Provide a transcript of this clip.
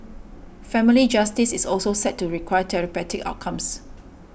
family justice is also said to require therapeutic outcomes